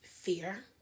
Fear